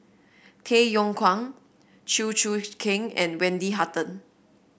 Tay Yong Kwang Chew Choo Keng and Wendy Hutton